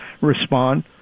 respond